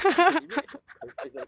academina is a car~ is a